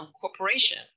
corporation